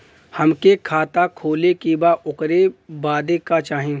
हमके खाता खोले के बा ओकरे बादे का चाही?